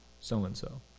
so-and-so